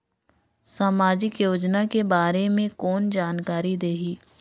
समाजिक योजना के बारे मे कोन जानकारी देही?